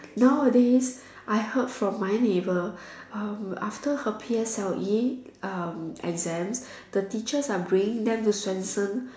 nowadays I heard from my neighbour um after her P_S_L_E uh exam the teachers are bringing them to Swensen